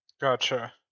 gotcha